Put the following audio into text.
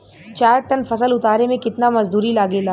चार टन फसल उतारे में कितना मजदूरी लागेला?